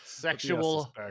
Sexual